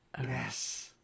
Yes